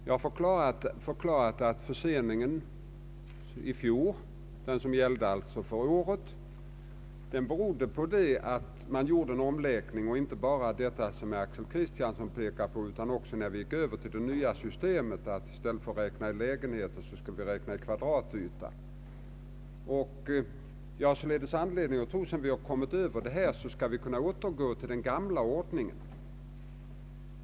Jag har förklarat att förseningen i fjol berodde på den företagna omläggningen, inte bara på det sätt som herr Axel Kristiansson omnämnde, utan också därigenom att vi gick över till det nya systemet med fördelning i kvadratmeter våningsyta i stället för i lägenheter. Jag har således anledning tro att vi, sedan vi har kommit över detta skede, skall kunna återgå till den gamla ordningen.